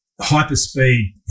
hyper-speed